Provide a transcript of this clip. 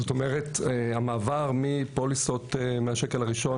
זאת אומרת המעבר מפוליסות מהשקל הראשון